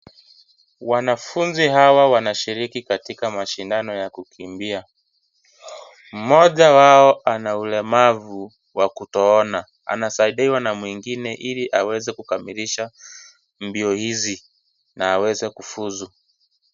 Wanafunzi hawa wanashiriki katika mashindano ya kukimbia, mmoja wao ana ulemavu wa kutoona anasaidiwa na mwingine ili aweze kukamilisha mbio hizi na aweze kufuzu.